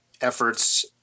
efforts